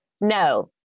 No